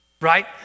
right